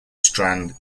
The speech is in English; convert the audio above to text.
strand